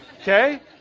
Okay